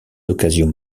occasions